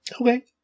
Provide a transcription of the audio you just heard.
okay